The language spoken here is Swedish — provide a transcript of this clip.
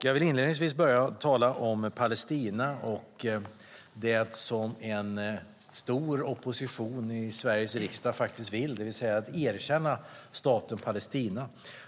Jag vill inledningsvis tala om Palestina och det som en stor opposition i Sveriges riksdag faktiskt vill, det vill säga att erkänna staten Palestina.